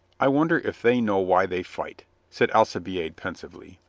i wonder if they know why they fight, said alcibiade pensively.